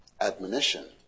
Admonition